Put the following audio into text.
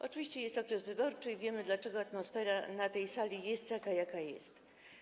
Oczywiście jest okres wyborczy i wiemy, dlaczego atmosfera na tej sali jest taka, jaka jest.